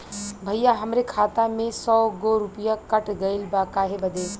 भईया हमरे खाता मे से सौ गो रूपया कट गइल बा काहे बदे?